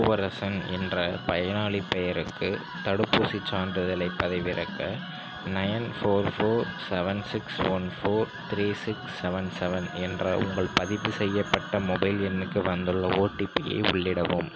பூவரசன் என்ற பயனாளி பெயருக்கு தடுப்பூசி சான்றிதழை பதிவிறக்க nine four four seven six one four three six seven seven என்ற உங்கள் பதிவு செய்யப்பட்ட மொபைல் எண்ணுக்கு வந்துள்ள ஓடிபியை உள்ளிடவும்